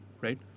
right